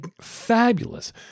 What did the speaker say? fabulous